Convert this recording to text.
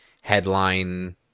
headline